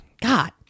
god